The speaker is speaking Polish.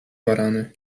barany